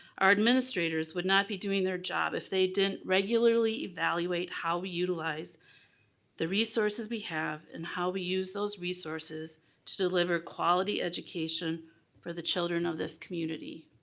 our administrators would not be doing their job if they didn't regularly evaluate how we utilize the resources we have and how we use those resources to deliver quality education for the children of this community.